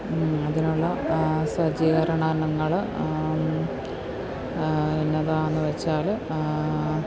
അതിനുള്ള സജ്ജീകരണനങ്ങൾ എന്നതാണെന്നു വെച്ചാൽ